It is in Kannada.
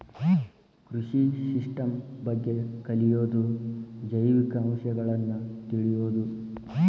ಕೃಷಿ ಸಿಸ್ಟಮ್ ಬಗ್ಗೆ ಕಲಿಯುದು ಜೈವಿಕ ಅಂಶಗಳನ್ನ ತಿಳಿಯುದು